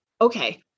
Okay